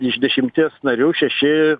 iš dešimties narių šeši